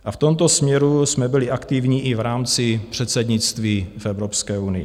V tomto směru jsme byli aktivní i v rámci předsednictví v Evropské unii.